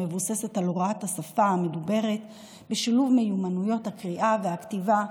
המבוססת על הוראת השפה המדוברת בשילוב מיומנויות הקריאה והכתיבה,